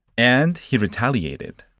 and, he retaliated.